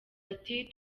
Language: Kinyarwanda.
ati